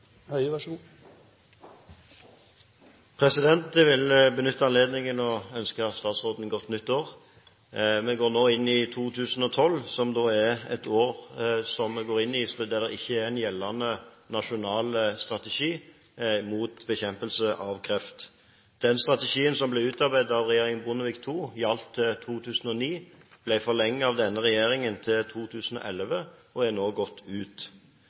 Jeg vil benytte anledningen til å ønske statsråden godt nyttår. Vi går nå inn i 2012, som er et år der det ikke er en gjeldende nasjonal strategi mot bekjempelse av kreft. Den strategien som ble utarbeidet av regjeringen Bondevik II, gjaldt til 2009, ble forlenget av denne regjeringen til 2011 og er nå gått ut.